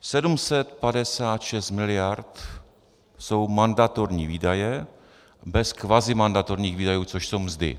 756 miliard jsou mandatorní výdaje bez kvazimandatorních výdajů, což jsou mzdy.